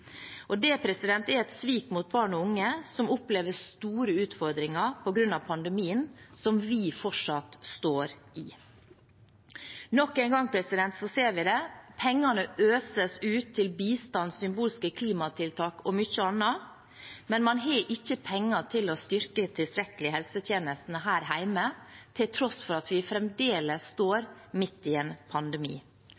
Det er et svik mot barn og unge, som opplever store utfordringer på grunn av pandemien, som vi fortsatt står i. Nok en gang ser vi det: Pengene øses ut til bistand, symbolske klimatiltak og mye annet, men man har ikke penger til å styrke helsetjenestene tilstrekkelig her hjemme, til tross for at vi fremdeles står